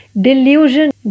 delusion